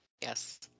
yes